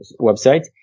website